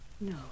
No